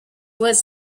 was